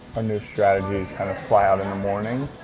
ah new strategy is kind of fly out in the morning,